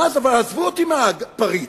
ואז, עזבו אותי מהפריץ,